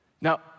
Now